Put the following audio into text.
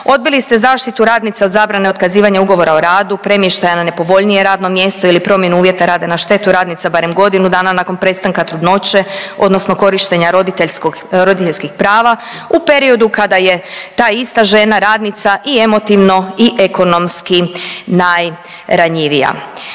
Odbili ste zaštitu radnica od zabrane otkazivanja ugovora o radu, premještaja na nepovoljnije radno mjesto ili promjenu uvjeta rada na štetu radnica barem godinu dana nakon prestanka trudnoće odnosno korištenja roditeljskih prava u periodu kada je ta ista žena, radnica i emotivno i ekonomski najranjivija.